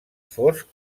fosc